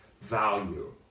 value